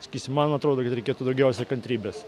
sakysim man atrodo kad reikėtų daugiausiai kantrybės